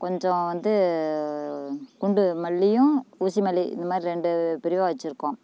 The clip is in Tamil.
கொஞ்சம் வந்து குண்டு மல்லியும் ஊசி மல்லி இந்த மாரி ரெண்டு பிரிவாக வச்சுருக்கோம்